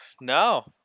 No